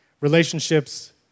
relationships